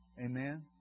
Amen